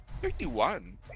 Thirty-one